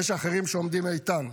יש אחרים שעומדים איתן.